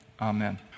Amen